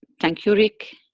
thank you rick.